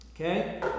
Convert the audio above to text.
Okay